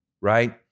right